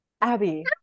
Abby